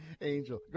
angel